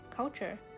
culture